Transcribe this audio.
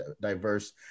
diverse